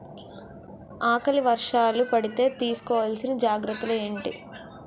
ఆకలి వర్షాలు పడితే తీస్కో వలసిన జాగ్రత్తలు ఏంటి?